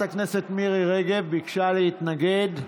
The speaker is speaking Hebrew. חברת הכנסת מירי רגב ביקשה להתנגד,